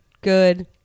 good